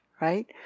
right